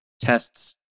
tests